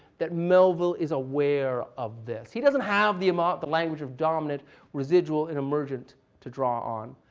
that melville is aware of this. he doesn't have the um ah the language of dominant residual and emergent to draw on,